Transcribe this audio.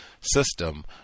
system